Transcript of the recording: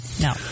No